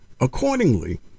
Accordingly